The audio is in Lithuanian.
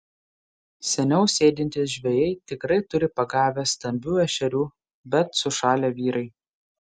seniau sėdintys žvejai tikrai turi pagavę stambių ešerių bet sušalę vyrai